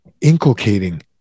inculcating